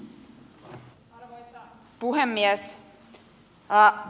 arvoisa puhemies